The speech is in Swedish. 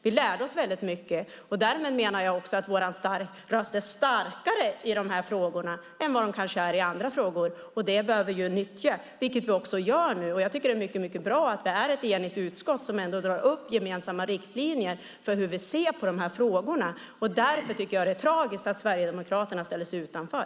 Vi lärde oss väldigt mycket, och därmed menar jag också att vår röst är starkare i de här frågorna än vad den kanske är i andra frågor. Det bör vi nyttja, vilket vi också gör nu, och jag tycker att det är mycket bra att vi är ett enigt utskott som drar upp gemensamma riktlinjer för hur vi ser på de här frågorna. Därför tycker jag att det är tragiskt att Sverigedemokraterna ställer sig utanför.